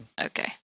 Okay